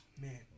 man